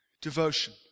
Devotion